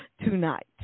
tonight